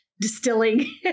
distilling